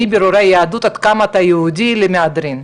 בירורי יהדות עד כמה הם יהודים למהדרין.